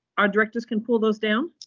our directors can pull those down?